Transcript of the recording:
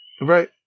Right